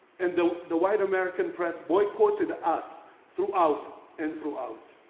and the the white american press boycotted us throughout and throughout.